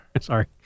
sorry